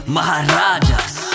Maharajas